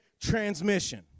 transmission